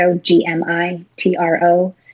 G-M-I-T-R-O